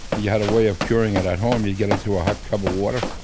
you had a way of curing it at home. you'd get into a hot tub of water,